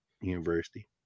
University